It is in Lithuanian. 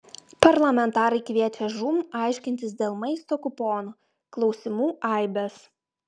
parlamentarai kviečia žūm aiškintis dėl maisto kuponų klausimų aibės